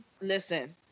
listen